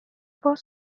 باز